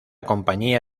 compañía